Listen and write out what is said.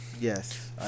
Yes